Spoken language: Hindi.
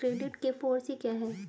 क्रेडिट के फॉर सी क्या हैं?